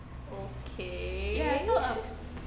okay